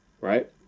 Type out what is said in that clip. right